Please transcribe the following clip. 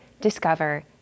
Discover